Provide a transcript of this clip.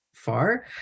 far